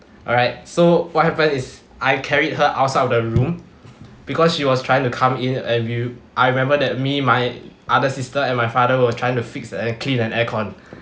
alright so what happened is I carried her outside of the room because she was trying to come in and we'll I remember that me my other sister and my father were trying to fix and clean an air-con